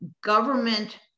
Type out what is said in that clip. government